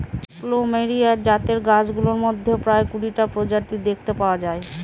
plumeria জাতের গাছগুলোর মধ্যে প্রায় কুড়িটা প্রজাতি দেখতে পাওয়া যায়